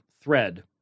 thread